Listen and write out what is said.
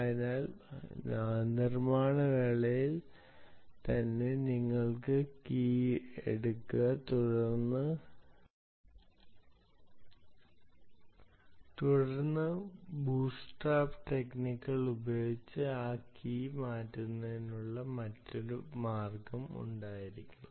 അതിനാൽ നിർമ്മാണ വേളയിൽ തന്നെ നിങ്ങൾ കീ ഇടുക തുടർന്ന് ബൂട്ട്സ്ട്രാപ്പ് ടെക്നിക്കുകൾ ഉപയോഗിച്ച് ആ കീ മാറ്റുന്നതിനുള്ള മറ്റൊരു മാർഗ്ഗം ഉണ്ടായിരിക്കണം